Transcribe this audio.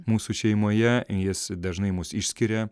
mūsų šeimoje jis dažnai mus išskiria